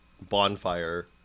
bonfire